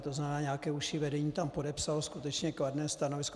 To znamená, nějaké užší vedení tam podepsalo skutečně kladné stanovisko.